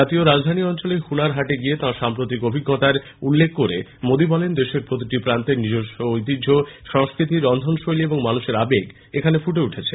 জাতীয় রাজধানী অঞ্চলে হুনার হাটে গিয়ে তাঁর সাম্প্রতিক অভিজ্ঞতার উল্লেখ করে মোদী বলেন দেশের প্রতিটি প্রান্তের নিজস্ব ঐতিহ্য সংস্কৃতি রন্ধনশৈলী এবং মানুষের আবেগ এখানে ফুটে উঠেছে